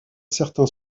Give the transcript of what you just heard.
certain